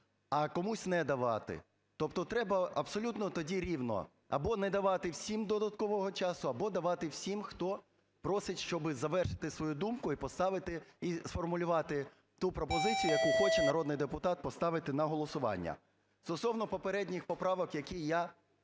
а комусь не давати. Тобто треба абсолютно тоді рівно: або не давати всім додаткового часу, або давати всім, хто просить, щоби завершити свою думку і сформулювати ту пропозицію, яку хоче народний депутат поставити на голосування. Стосовно попередніх поправок, які я